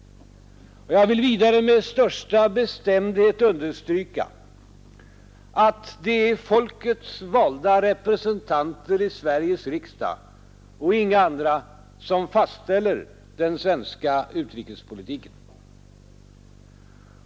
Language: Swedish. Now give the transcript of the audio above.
Jag vill vidare med största bestämdhet understryka att det är folkets valda representanter i Sveriges riksdag och inga andra som fastställer den svenska utrikespolitiken.